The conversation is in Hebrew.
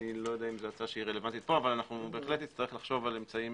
אני לא יודע אם זו הצעה שרלוונטית פה אבל בהחלט נצטרך לחשוב על אמצעים